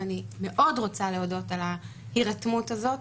ואני מאוד רוצה להודות על ההירתמות הזאת.